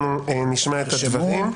אנחנו נשמע את הדברים.